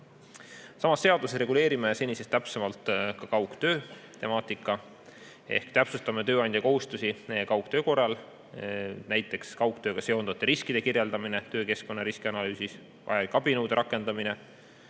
Samas seaduses reguleerime senisest täpsemalt kaugtöötemaatikat ehk täpsustame tööandja kohustusi kaugtöö korral, näiteks kaugtööga seonduvate riskide kirjeldamine töökeskkonna riskianalüüsis, vajalike abinõude rakendamine,